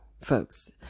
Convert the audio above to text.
folks